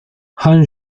han